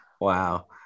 Wow